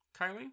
Kylie